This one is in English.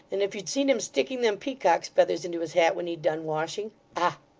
and if you'd seen him sticking them peacock's feathers into his hat when he'd done washing ah!